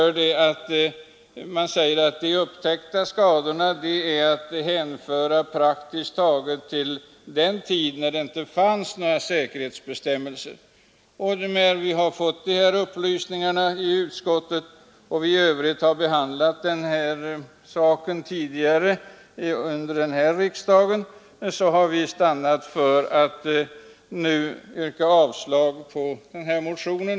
Det framhålls att de upptäckta skadorna praktiskt taget kan hänföras till den tid då det inte fanns några säkerhetsbestämmelser. När vi har fått de här upplysningarna i utskottet och vi dessutom har behandlat saken tidigare under denna riksdagsperiod har vi stannat för att nu yrka avslag på motionen.